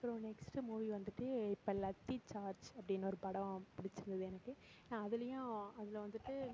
அப்புறம் next movie வந்துட்டு இப்போ லத்தி சார்ஜ் அப்படின்னு ஒரு படம் பிடிச்சிது எனக்கு நான் அதுலேயும் அதில் வந்துட்டு